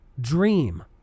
dream